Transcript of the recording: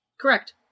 Correct